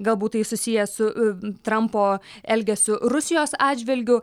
galbūt tai susiję su trampo elgesiu rusijos atžvilgiu